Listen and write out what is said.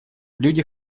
люди